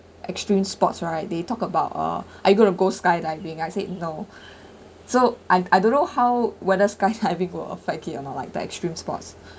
extreme sports right they talk about uh are you got to go skydiving I said no so I I don't know how whether skydiving will affect it or not like the extreme sports